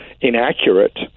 inaccurate